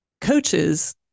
coaches